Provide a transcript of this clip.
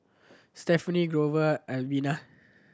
Stefanie Grover Alvena